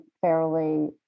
fairly